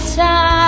time